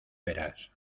verás